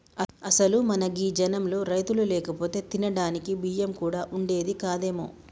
అసలు మన గీ జనంలో రైతులు లేకపోతే తినడానికి బియ్యం కూడా వుండేది కాదేమో